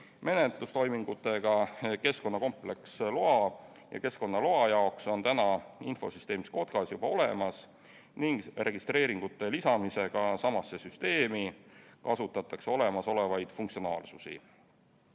menetlustoimingutega kompleksloa ja keskkonnaloa jaoks on infosüsteemis KOTKAS juba olemas, registreeringute lisamisega samasse süsteemi kasutatakse ära olemasolevaid funktsionaalsusi.